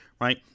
right